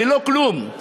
ללא כלום.